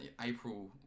April